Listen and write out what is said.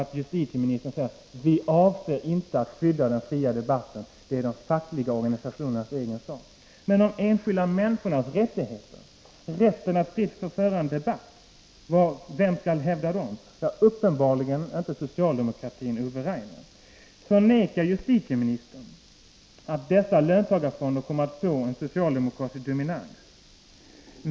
Han säger nämligen att man inte avser att skydda den fria debatten — det är de fackliga organisationernas egen sak. 123 Men vilka skall hävda de enskilda människornas rätt att fritt föra en debatt? Uppenbarligen är det inte socialdemokratin och Ove Rainer. Förnekar justitieministern att löntagarfonderna kommer att få en socialdemokratisk dominans?